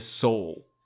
soul